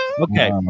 Okay